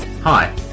Hi